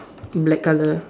black colour